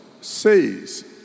says